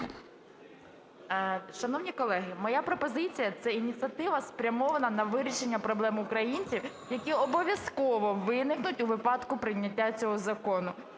Шановні колеги, моя пропозиція – це ініціатива, спрямована на вирішення проблем українців, які обов'язково виникнуть у випадку прийняття цього закону.